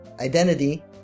identity